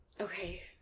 Okay